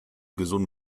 gesunden